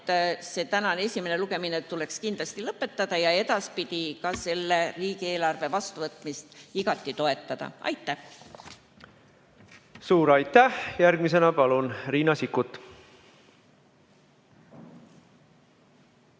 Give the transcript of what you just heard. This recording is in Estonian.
eelnõu esimene lugemine tuleks täna kindlasti lõpetada ja edaspidi selle riigieelarve vastuvõtmist igati toetada. Aitäh! Suur aitäh! Järgmisena palun, Riina Sikkut!